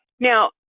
now,